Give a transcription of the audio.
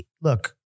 look